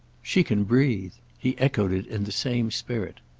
she can breathe! he echoed it in the same spirit.